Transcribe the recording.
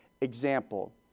example